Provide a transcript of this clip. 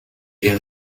est